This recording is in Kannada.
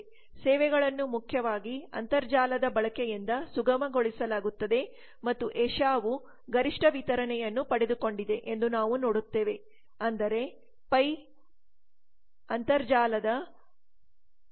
ಸೇವೆಗಳನ್ನು ಮುಖ್ಯವಾಗಿ ಅಂತರ್ಜಾಲದ ಬಳಕೆಯಿಂದ ಸುಗಮಗೊಳಿಸಲಾಗುತ್ತದೆ ಮತ್ತು ಏಷ್ಯಾವು ಗರಿಷ್ಠ ವಿತರಣೆಯನ್ನು ಪಡೆದುಕೊಂಡಿದೆ ಎಂದು ನಾವು ನೋಡುತ್ತೇವೆ ಅಂದರೆ ಪೈ2754 ಅಂತರ್ಜಾಲದ 44